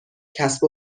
کسب